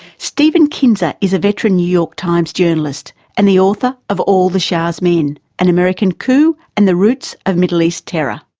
steven kinzer is a veteran new york times journalist and the author of all the shah's men an american coup and the roots of middle east terror.